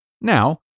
Now